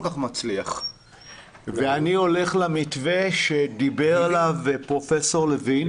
כך מצליח ואני הולך למתווה שדיבר עליו פרופ' לוין,